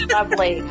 Lovely